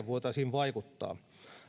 voitaisiin vaikuttaa